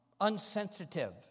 unsensitive